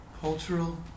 cultural